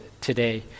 today